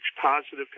positive